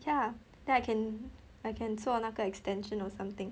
ya then I can I can 做那个 extension or something